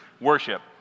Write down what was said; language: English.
worship